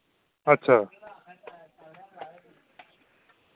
अच्छा